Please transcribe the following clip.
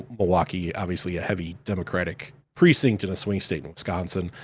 milwaukee, obviously a heavy democratic precinct in a swing state, in wisconsin.